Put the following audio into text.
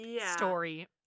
story